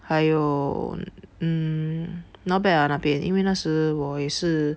还有 mm not bad ah 那边因为那时我也是